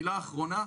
דבר אחרון,